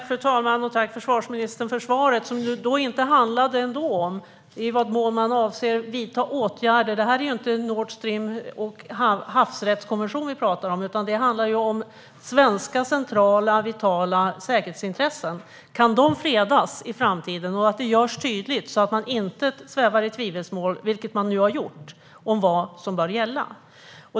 Fru talman! Tack, försvarsministern, för svaret! Det handlade ändå inte om i vad mån man avser att vidta åtgärder. Vi talar inte om Nord Stream och havsrättskonventionen. Det handlar om svenska centrala vitala säkerhetsintressen. Kan de på ett tydligt sätt fredas i framtiden så att man inte svävar i tvivelsmål, vilket man nu har gjort, om vad som bör gälla?